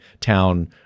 town